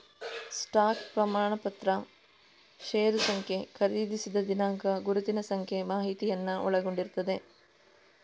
stock ಪ್ರಮಾಣಪತ್ರ ಷೇರು ಸಂಖ್ಯೆ, ಖರೀದಿಸಿದ ದಿನಾಂಕ, ಗುರುತಿನ ಸಂಖ್ಯೆ ಮಾಹಿತಿಯನ್ನ ಒಳಗೊಂಡಿರ್ತದೆ